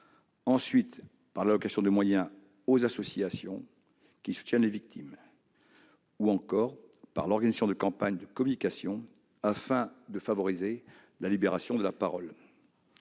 ensuite, par l'allocation de moyens aux associations qui soutiennent les victimes, enfin, par l'organisation de campagnes de communication visant à favoriser la libération de la parole.